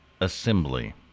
assembly